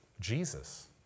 Jesus